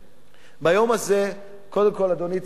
ביום הזה, קודם כול, אדוני, צריך להודות